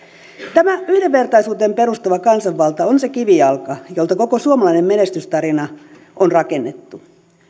tämä yhdenvertaisuuteen perustuva kansanvalta on se kivijalka jolta koko suomalainen menestystarina on rakennettu